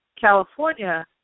California